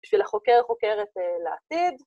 ‫בשביל החוקר חוקרת לעתיד.